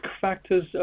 factors